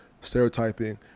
stereotyping